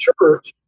church